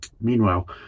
Meanwhile